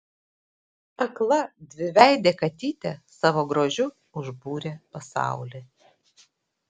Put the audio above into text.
akla dviveidė katytė savo grožiu užbūrė pasaulį